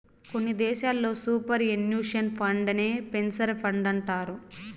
కొన్ని దేశాల్లో superannuation ఫండేనే పెన్సన్ ఫండంటారు